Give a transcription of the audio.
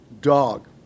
Dog